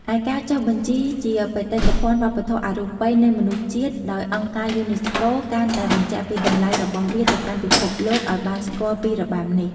ឯ ការចុះបញ្ជីជាបេតិកភណ្ឌវប្បធម៌អរូបីនៃមនុស្សជាតិដោយអង្គការយូណេស្កូ កាន់តែបញ្ជាក់ពីតម្លៃរបស់វាទៅកាន់ពិភពលោក ឲ្យបានស្គាល់ពីរបាំនេះ។